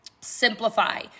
simplify